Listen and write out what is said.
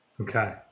Okay